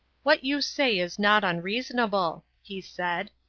what you say is not unreasonable, he said.